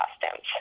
costumes